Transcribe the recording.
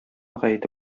гаете